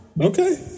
Okay